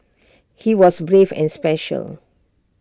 he was brave and special